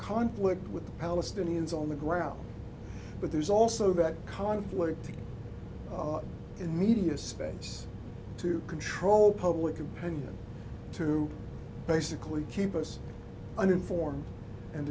conflict with the palestinians on the ground but there's also back conflict in media space to control public opinion to basically keep us uninformed and